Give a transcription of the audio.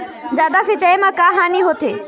जादा सिचाई म का हानी होथे?